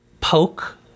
poke